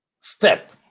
step